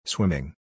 Swimming